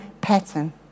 pattern